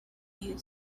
you